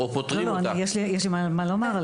יש לי מה לומר.